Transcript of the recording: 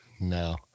No